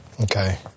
okay